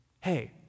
hey